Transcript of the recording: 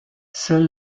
seul